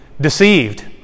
deceived